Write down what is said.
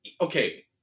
Okay